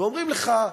ואומרים לך: